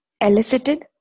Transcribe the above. Elicited